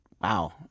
wow